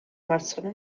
მარცხენა